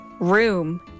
Room